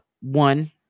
One